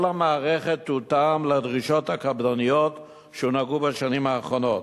כל המערכת תותאם לדרישות הקפדניות שהונהגו בשנים האחרונות.